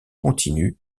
continue